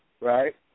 right